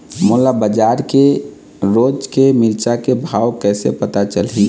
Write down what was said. मोला बजार के रोज के मिरचा के भाव कइसे पता चलही?